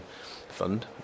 fund